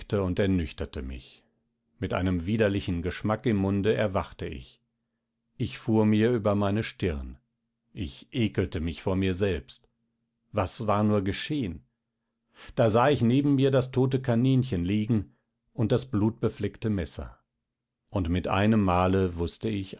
und ernüchterte mich mit einem widerlichen geschmack im munde erwachte ich ich fuhr mir über meine stirn ich ekelte mich vor mir selbst was war nur geschehen da sah ich neben mir das tote kaninchen liegen und das blutbefleckte messer und mit einem male wußte ich